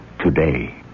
today